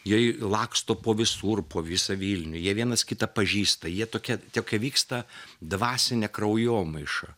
jei laksto po visur po visą vilnių jie vienas kitą pažįsta jie tokia tokia vyksta dvasine kraujomaiša